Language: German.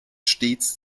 stets